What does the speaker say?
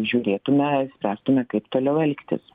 žiūrėtume spręstume kaip toliau elgtis